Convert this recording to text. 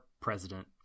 president